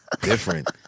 different